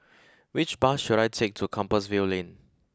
which bus should I take to Compassvale Lane